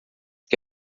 que